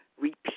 repeat